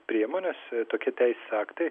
priemonės tokie teisės aktai